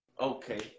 Okay